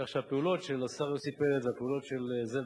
כך שהפעולות של השר יוסי פלד והפעולות של זאב